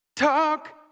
Talk